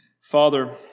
Father